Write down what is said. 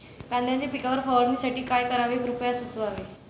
कांद्यांच्या पिकावर फवारणीसाठी काय करावे कृपया सुचवावे